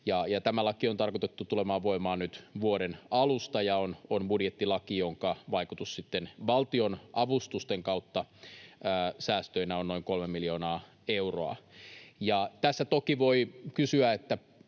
Tämä laki on tarkoitettu tulemaan voimaan nyt vuoden alusta ja on budjettilaki, jonka vaikutus sitten valtionavustusten kautta säästöinä on noin kolme miljoonaa euroa. Tässä toki voi kysyä,